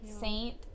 Saint